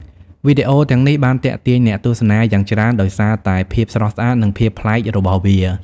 វីដេអូទាំងនេះបានទាក់ទាញអ្នកទស្សនាយ៉ាងច្រើន ដោយសារតែភាពស្រស់ស្អាត និងភាពប្លែករបស់វា។